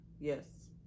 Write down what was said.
yes